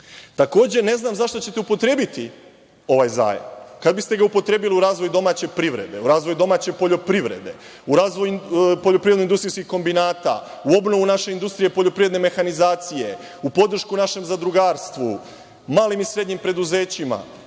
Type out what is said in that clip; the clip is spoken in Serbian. zajmove? Takođe, ne znam za šta ćete upotrebiti ovaj zajam? Kada biste ga upotrebili u razvoj domaće privrede, razvoj domaće poljoprivrede, u razvoj poljoprivrednih industrijskih kombinata, u obnovu naše industrije poljoprivredne mehanizacije, u podršku našem zadrugarstvu, u malim i srednjim preduzećima,